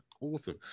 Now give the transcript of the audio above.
Awesome